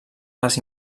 les